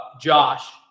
Josh